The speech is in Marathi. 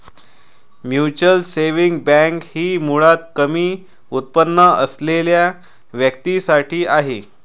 म्युच्युअल सेव्हिंग बँक ही मुळात कमी उत्पन्न असलेल्या व्यक्तीं साठी आहे